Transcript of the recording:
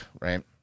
right